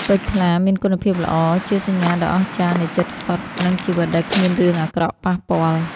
ពេជ្រថ្លា មានគុណភាពល្អ ជាសញ្ញាដ៏អស្ចារ្យនៃចិត្តសុទ្ធ និងជីវិតដែលគ្មានរឿងអាក្រក់ប៉ះពាល់។